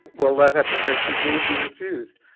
well that application will be refused.